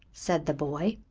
said the boy.